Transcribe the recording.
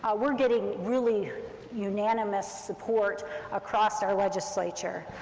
we're getting really unanimous support across our legislature.